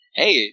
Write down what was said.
hey